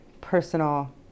personal